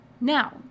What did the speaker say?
Now